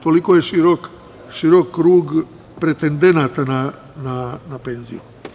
Toliko je širok krug pretendenata na penziju.